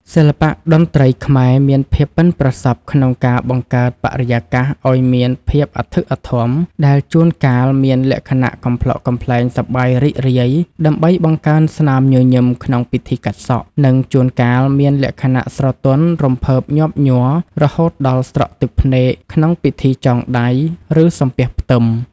សិល្បៈតន្ត្រីខ្មែរមានភាពប៉ិនប្រសប់ក្នុងការបង្កើតបរិយាកាសឱ្យមានភាពអធិកអធម ដែលជួនកាលមានលក្ខណៈកំប្លុកកំប្លែងសប្បាយរីករាយដើម្បីបង្កើនស្នាមញញឹមក្នុងពិធីកាត់សក់ និងជួនកាលមានលក្ខណៈស្រទន់រំភើបញាប់ញ័ររហូតដល់ស្រក់ទឹកភ្នែកក្នុងពិធីចងដៃ ឬសំពះផ្ទឹម។